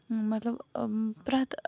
مطلب آ پرٮ۪تھ